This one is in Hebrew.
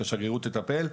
שהשגרירות תטפל.